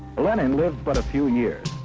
lenin lived but a few and years.